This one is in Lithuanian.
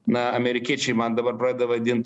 na amerikiečiai man dabar pradeda vadint